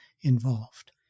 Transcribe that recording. involved